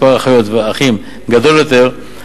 מספר האחיות והאחים גדול יותר,